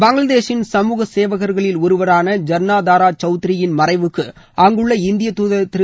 பங்களாதேஷின் சமூக சேவகர்களில் ஒருவரான ஜர்னா தாரா சௌத்ரி யின் மறைவுக்கு அங்குள்ள இந்திய தூதர் திரு